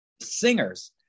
singers